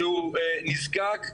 שהוא נזקק,